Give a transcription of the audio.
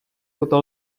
poté